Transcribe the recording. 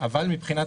אבל מבחינת